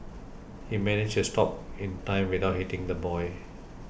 he managed to stop in time without hitting the boy